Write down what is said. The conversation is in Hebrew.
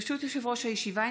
ברשות יושב-ראש הישיבה,